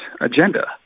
agenda